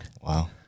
Wow